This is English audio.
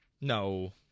No